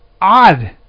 odd